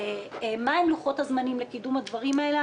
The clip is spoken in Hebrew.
מה הם לוחות הזמנים לקידום הדברים האלה.